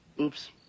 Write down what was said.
Oops